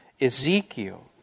Ezekiel